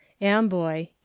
Amboy